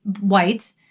white